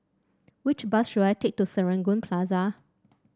which bus should I take to Serangoon Plaza